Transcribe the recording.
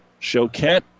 Choquette